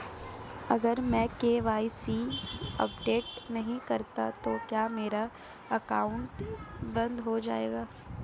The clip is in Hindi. अगर मैं के.वाई.सी अपडेट नहीं करता तो क्या मेरा अकाउंट बंद हो जाएगा?